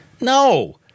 No